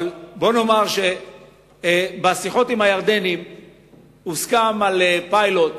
אבל בוא נאמר שבשיחות עם הירדנים הוסכם על פיילוט